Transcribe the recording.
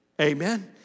Amen